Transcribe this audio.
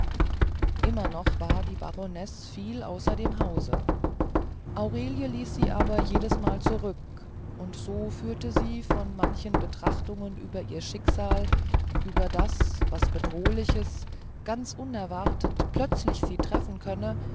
immer noch war die baronesse viel außer dem hause aurelien ließ sie aber jedesmal zurück und so führte sie von manchen betrachtungen über ihr schicksal über das was bedrohliches ganz unerwartet plötzlich sie treffen könne